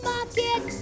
Market